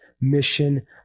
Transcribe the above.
mission